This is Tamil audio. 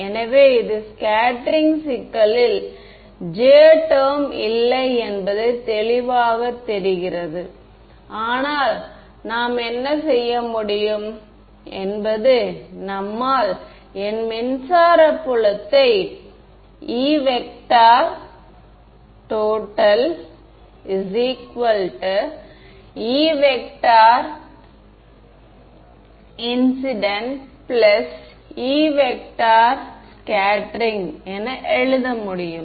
எனவே இது ஸ்கேட்டெரிங் சிக்கலில் J டெர்ம் இல்லை என்பது தெளிவாகத் தெரிகிறது ஆனால் நாம் என்ன செய்ய முடியும் என்பது நம்மால் என் மின்சார புலத்தை Etot Einc Escat என எழுத முடியும்